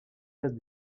places